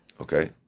Okay